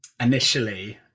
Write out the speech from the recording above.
initially